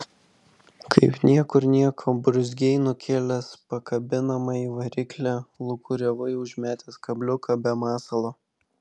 kaip niekur nieko burzgei nukėlęs pakabinamąjį variklį lūkuriavai užmetęs kabliuką be masalo